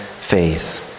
faith